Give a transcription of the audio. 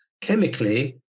chemically